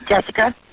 Jessica